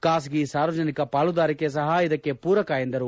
ಖಾಸಗಿ ಸಾರ್ವಜನಿಕ ಪಾಲುದಾರಿಕೆ ಸಹ ಇದಕ್ಕೆ ಪೂರಕ ಎಂದರು